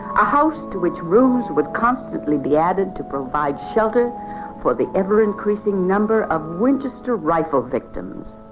a house to which rooms would constantly be added to provide shelter for the ever-increasing number of winchester rifle victims.